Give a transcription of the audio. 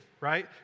right